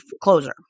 closer